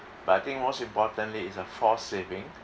but I think most importantly is a forced saving